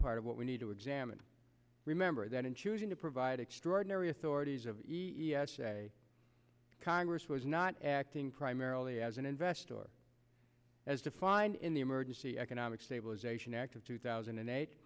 part of what we need to examine remember that in choosing to provide extraordinary authorities of e e s a congress was not acting primarily as an investor or as defined in the emergency economic stabilization act of two thousand and eight